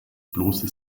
bloße